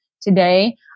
today